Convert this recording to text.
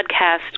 podcast